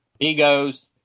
egos